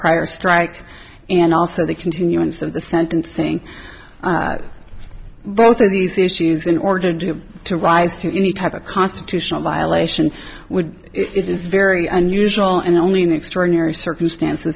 prior strike and also the continuance of the sentencing both of these issues in order due to rise to any type of constitutional violation would it is very unusual and only in extraordinary circumstances